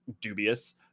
dubious